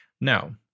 Now